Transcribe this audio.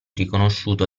riconosciuto